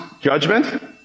judgment